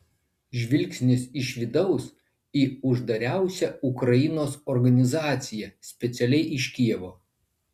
žvilgsnis iš vidaus į uždariausią ukrainos organizaciją specialiai iš kijevo